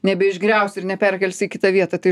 neišgriausi ir neperkelsi į kitą vietą tai